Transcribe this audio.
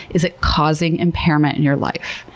is it causing impairment in your life?